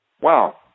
Wow